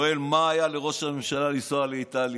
שמעתי את לפיד בטלוויזיה שואל מה היה לראש הממשלה לנסוע לאיטליה.